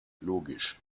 logisch